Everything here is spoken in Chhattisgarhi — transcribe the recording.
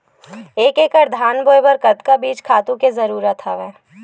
एक एकड़ धान बोय बर कतका बीज खातु के जरूरत हवय?